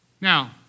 now